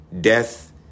death